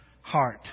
heart